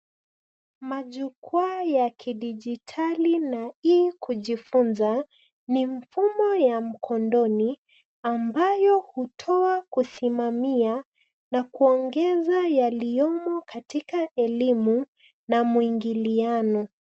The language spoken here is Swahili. Majukwaa ya kidijitali na ili kujifunza. Ni mifumo ya mkondoni ambayo hutoa kusimamia na kuongeza yaliyomo katika elimu na mwingiliano.